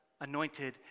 anointed